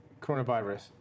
coronavirus